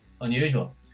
unusual